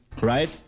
right